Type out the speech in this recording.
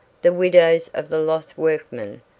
the widows of the lost workmen,